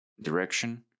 direction